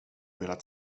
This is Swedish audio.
velat